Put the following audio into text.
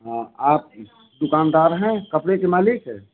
हाँ आप दुकानदार हैं कपड़े के मालिक